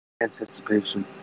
Anticipation